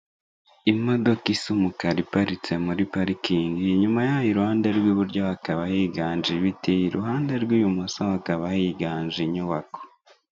Imodoka isa umuka iparitse muri parikingi inyuma ya iruhande rw'iburyo hakaba higanje ibiti iruhande rw'ibumoso hakaba higanje inyubako.